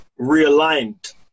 realigned